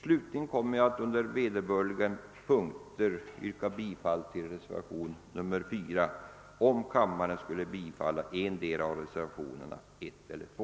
Slutligen kommer jag att under vederbörliga punkter yrka bifall till reservation 4, om kammaren skulle bifalla endera av reservationerna 1 eller 2.